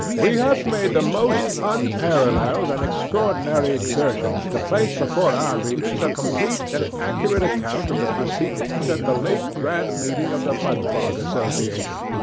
we have made the most unparalleled and extraordinary exertions to place before our readers a complete and accurate account of the proceedings at the late grand meeting of the mudfog association,